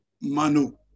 Mano